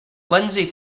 lindsey